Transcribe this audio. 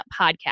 podcast